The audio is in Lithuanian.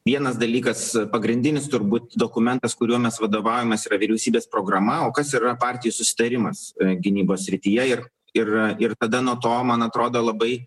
vienas dalykas pagrindinis turbūt dokumentas kuriuo mes vadovavaujamės yra vyriausybės programa o kas yra partijų susitarimas gynybos srityje ir ir ir tada nuo to man atrodo labai